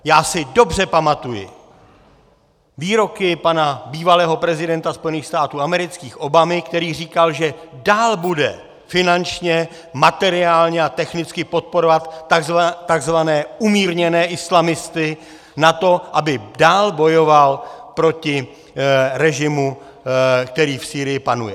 Já si dobře pamatuji výroky pana bývalého prezidenta Spojených států amerických Obamy, který říkal, že dál bude finančně, materiálně a technicky podporovat tzv. umírněné islamisty na to, aby dál bojoval proti režimu, který v Sýrii panuje.